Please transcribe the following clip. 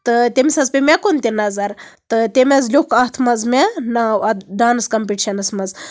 تہٕ تٔمِس حظ پیٚیہِ مےٚ کُن تہِ نَظر تہٕ تٔمۍ حظ لیوٗکھ اَتھ منٛز مےٚ ناو اَتھ ڈانٔس کَمپِٹشنَس منٛز